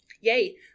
Yay